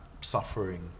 suffering